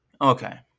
Okay